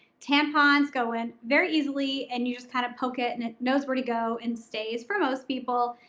tampons go in very easily and you just kind of poke it and it knows where to go and stays for most people.